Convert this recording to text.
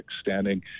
standing